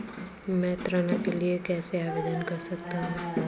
मैं ऋण के लिए कैसे आवेदन कर सकता हूं?